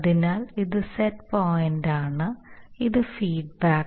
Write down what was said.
അതിനാൽ ഇത് സെറ്റ് പോയിന്റാണ് ഇതാണ് ഫീഡ്ബാക്ക്